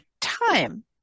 time